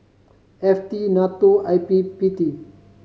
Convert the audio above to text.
F T NATO and I P P T